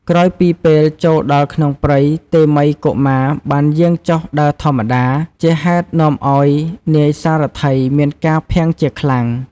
ក្រោយពីពេលចូលដល់ក្នុងព្រៃ តេមិយកុមារបានយាងចុះដើរធម្មតា ជាហេតុនាំឲ្យនាយសារថីមានការភាំងជាខ្លាំង។